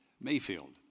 Mayfield